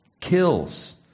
kills